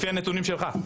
לפי הנתונים שלך.